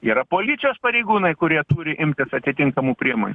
yra policijos pareigūnai kurie turi imtis atitinkamų priemonių